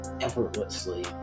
effortlessly